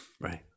right